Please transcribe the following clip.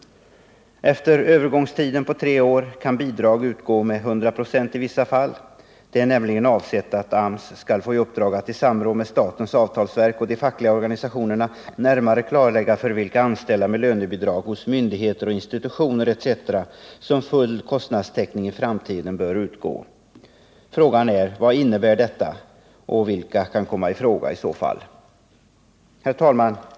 Efter övergångstiden på tre år kan bidrag utgå med 100 96 i vissa fall: ”Det är nämligen avsett att AMS skall få i uppdrag att i samråd med statens avtalsverk och de fackliga organisationerna närmare klarlägga för vilka anställda med lönebidrag hos myndigheter och institutioner etc. som full kostnadstäckning i framtiden bör utgå.” Frågan är: Vad innebär detta, och vilka kan i så fall komma i fråga? Herr talman!